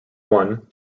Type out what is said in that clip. one